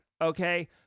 okay